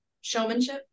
showmanship